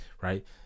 right